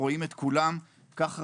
כך ראוי,